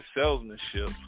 salesmanship